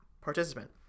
participant